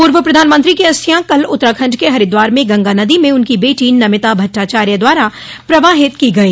पूर्व प्रधानमंत्री की अस्थियां कल उत्तराखण्ड के हरिद्वार में गंगा नदी में उनकी बेटी नमिता भट्टाचार्य द्वारा प्रवाहित की गई